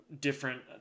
different